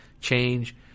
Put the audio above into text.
change